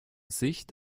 sicht